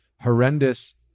horrendous